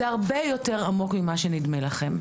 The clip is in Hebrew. זה הרבה יותר עמוק ממה שנדמה לכם.